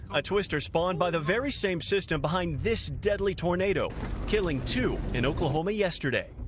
a twister spawned by the very same system behind this deadly tornado killing two in oklahoma yesterday.